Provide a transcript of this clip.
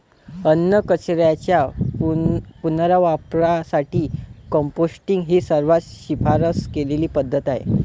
अन्नकचऱ्याच्या पुनर्वापरासाठी कंपोस्टिंग ही सर्वात शिफारस केलेली पद्धत आहे